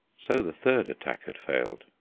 so the third attack had failed.